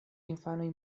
infanoj